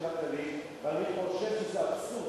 ואני חושב שזה אבסורד,